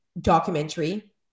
documentary